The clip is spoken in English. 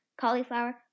cauliflower